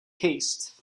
haste